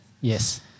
Yes